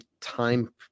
time